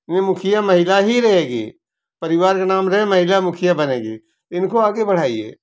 ये मुखिया महिला ही रहेगी परिवार का नाम रहे महिला मुखिया बनेगी इनको आगे बढ़ाइए